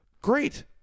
Great